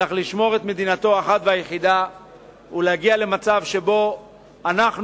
צריך לשמור את מדינתו האחת והיחידה ולהגיע למצב שבו אנחנו